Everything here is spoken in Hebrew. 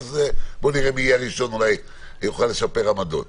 ואז נראה מי יהיה הראשון ויוכל לשפר עמדות.